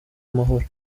amahoro